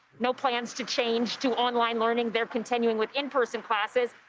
no plans to change to online learning. they're continuing with in-person classes.